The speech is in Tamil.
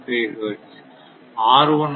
5 ஹெர்ட்ஸ்